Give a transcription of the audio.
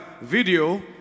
video